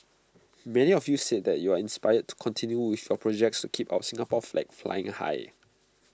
many of you said that you are inspired to continue with your projects to keep our Singapore flag flying high